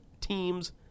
teams